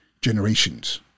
generations